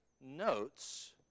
notes